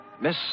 Miss